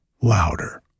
louder